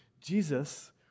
Jesus